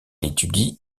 étudie